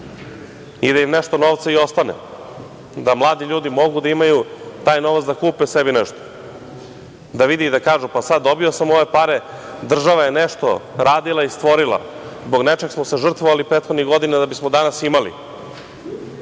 i da im nešto novca i ostane, da mladi ljudi mogu da imaju taj novac da kupe sebi nešto, da vide i da kažu – dobio sam ove pare. Država je nešto radila i stvorila. Zbog nečeg smo se žrtvovali prethodnih godina da bismo danas imali. Dok